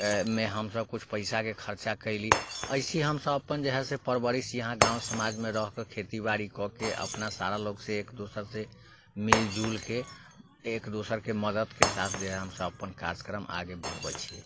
मे हमसब किछु पइसाके खर्चा कएली अइसे हमसब अपन जे हइ परवरिश यहाँ गाँव समाजमे रहिके खेती बाड़ी कऽ कऽ अपना सारा लोकसँ एक दोसरासँ मिलिजुलिके एक दोसरके मददके साथ जे हमसब अपन कार्यक्रम आगे बढ़बै छिए